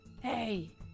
Hey